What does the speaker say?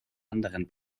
anderen